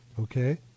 Okay